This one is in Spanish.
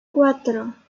cuatro